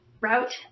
route